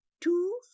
two